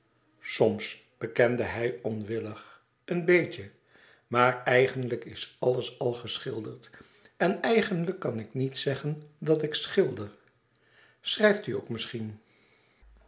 soms bekende hij onwillig een beetje maar eigenlijk is alles al geschilderd en eigenlijk kan ik niet zeggen dat ik schilder schrijft u ook misschien